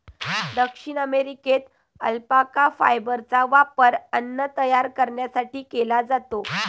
दक्षिण अमेरिकेत अल्पाका फायबरचा वापर अन्न तयार करण्यासाठी केला जातो